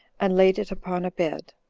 and laid it upon a bed,